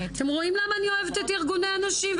אתם רואים למה אני אוהבת את ארגוני הנשים,